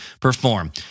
perform